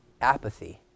apathy